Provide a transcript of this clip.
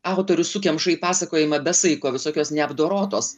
autorius sukemša į pasakojimą be saiko visokios neapdorotos